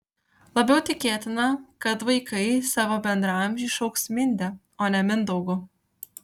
labiau tikėtina kad vaikai savo bendraamžį šauks minde o ne mindaugu